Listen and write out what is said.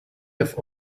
have